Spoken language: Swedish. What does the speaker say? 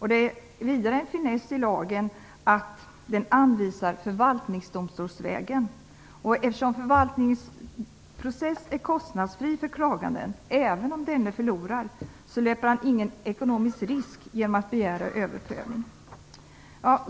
Vidare är det en finess i lagen att den anvisar förvaltningsdomstolsvägen. Eftersom en förvaltningsprocess är kostnadsfri för klaganden, även om han förlorar, löper han ingen ekonomisk risk genom att begära en överprövning.